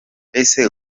ese